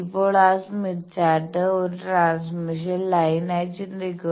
ഇപ്പോൾ ആ Smith chart ഒരു ട്രാൻസ്മിഷൻ ലൈൻ ആയി ചിന്തിക്കുക